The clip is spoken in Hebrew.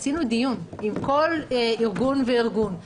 עשינו דיון עם כל ארגון וארגון.